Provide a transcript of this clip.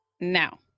now